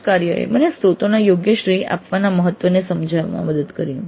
project કાર્યએ મને સ્ત્રોતોના યોગ્ય શ્રેય આપવાના ના મહત્વને સમજવામાં મદદ કરી